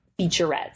featurettes